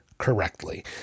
correctly